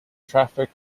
traffic